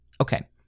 Okay